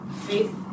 faith